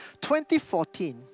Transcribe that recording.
2014